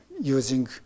using